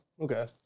Okay